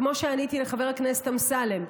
כמו שעניתי לחבר הכנסת אמסלם,